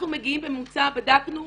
מגיעים בממוצע, בדקנו,